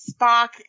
Spock